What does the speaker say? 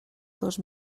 dos